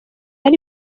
ari